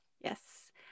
Yes